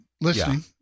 listening